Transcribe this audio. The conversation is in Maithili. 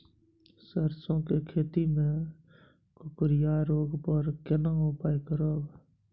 सरसो के खेती मे कुकुरिया रोग पर केना उपाय करब?